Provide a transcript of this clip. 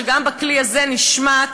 שגם בכלי הזה נשמט,